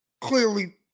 clearly